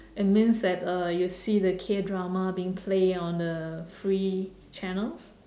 it means that uh you see the Kdrama being play on the free channels